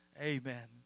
Amen